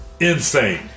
Insane